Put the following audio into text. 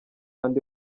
andi